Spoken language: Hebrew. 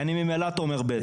כי אני ממילא תומר ב'.